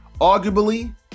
Arguably